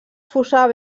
fossar